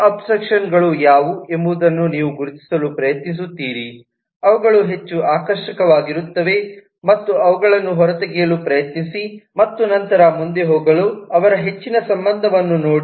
key abstraction ಗಳು ಯಾವುವು ಎಂಬುದನ್ನು ನೀವು ಗುರುತಿಸಲು ಪ್ರಯತ್ನಿಸುತ್ತೀರಿ ಅವುಗಳು ಹೆಚ್ಚು ಆಕರ್ಷಕವಾಗಿರುತ್ತವೆ ಮತ್ತು ಅವುಗಳನ್ನು ಹೊರತೆಗೆಯಲು ಪ್ರಯತ್ನಿಸಿ ಮತ್ತು ನಂತರ ಮುಂದೆ ಹೋಗಲು ಅವರ ಹೆಚ್ಚಿನ ಸಂಬಂಧವನ್ನು ನೋಡಿ